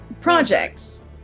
projects